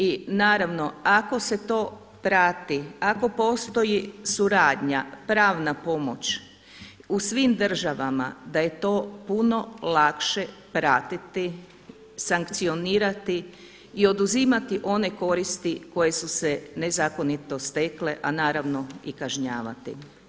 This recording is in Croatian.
I naravno ako se to prati, ako postoji suradnja, pravna pomoć u svim državama da je to puno lakše pratiti, sankcionirati i oduzimati one koristi koje su se nezakonito stekle a naravno i kažnjavati.